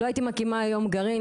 לא הייתי מקימה היום גרעין,